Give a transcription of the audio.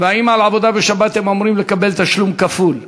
והאם על עבודה בשבת הם אמורים לקבל תשלום כפול.